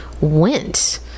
went